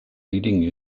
leading